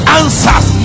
answers